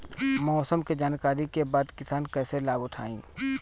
मौसम के जानकरी के बाद किसान कैसे लाभ उठाएं?